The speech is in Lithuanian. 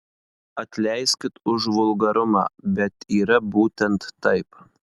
atleiskit už vulgarumą bet yra būtent taip